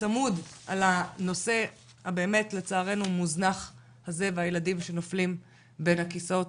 צמוד על הנושא הבאמת לצערנו מוזנח הזה והילדים שנופלים בין הכיסאות.